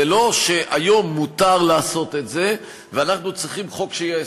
זה לא שהיום מותר לעשות את זה ואנחנו צריכים